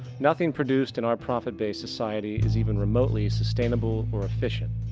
nothing produced in our profit based society is even remotely sustainable or efficient.